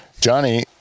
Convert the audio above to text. Johnny